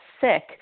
sick